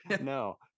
no